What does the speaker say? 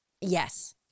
Yes